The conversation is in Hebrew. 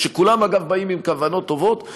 שכולם אגב באים עם כוונות טובות,